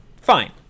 Fine